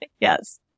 Yes